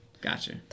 Gotcha